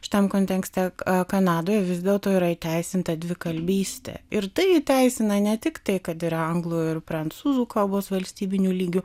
šitam kontekste kanadoje vis dėlto yra įteisinta dvikalbystė ir tai įteisina ne tik tai kad yra anglų ir prancūzų kalbos valstybiniu lygiu